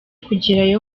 kugerayo